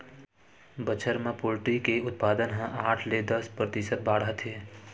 बछर म पोल्टी के उत्पादन ह आठ ले दस परतिसत बाड़हत हे